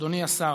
אדוני השר,